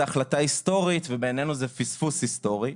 החלטה היסטורית ובעינינו זה פספוס היסטורי.